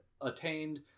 attained